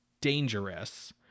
dangerous